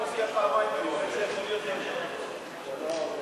ואנחנו עוברים לנושא הבא בסדר-היום: